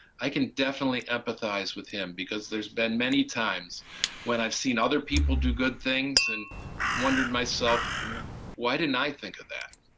i can definitely empathize with him, because there's been many times when i've seen other people do good things and wondered myself why didn't i think of that.